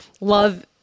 love